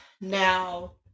now